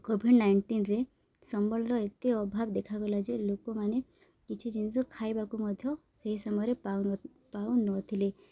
Covid ନାଇଣ୍ଟିନ୍ରେ ସମ୍ବଳର ଏତେ ଅଭାବ ଦେଖାାଗଲା ଯେ ଲୋକମାନେ କିଛି ଜିନିଷ ଖାଇବାକୁ ମଧ୍ୟ ସେହି ସମୟରେ ପାଉନଥିଲେ